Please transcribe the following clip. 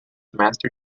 master